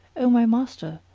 o my master,